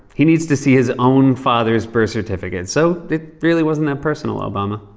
he needs to see his own father's birth certificate. so it really wasn't that personal, obama.